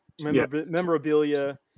memorabilia